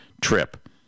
trip